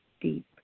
deep